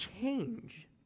change